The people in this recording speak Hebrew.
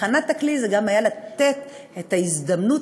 הכנת הכלי זה גם היה לתת את ההזדמנות